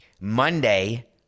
Monday –